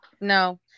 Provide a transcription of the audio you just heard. no